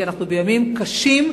כי אנחנו בימים קשים,